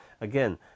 Again